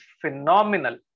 phenomenal